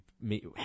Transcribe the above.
meet